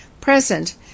present